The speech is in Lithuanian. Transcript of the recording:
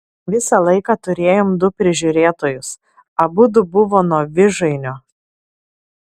visą laiką turėjom du prižiūrėtojus abudu buvo nuo vižainio